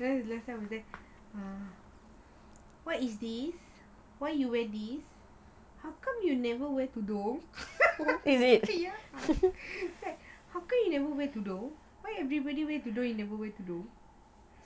then last time what is this why are you wearing this how come you never wear tudung how come you never wear tudung why everybody wear tudung you never wear tudung